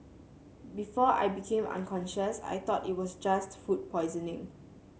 before I became unconscious I thought it was just food poisoning